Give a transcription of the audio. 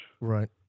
Right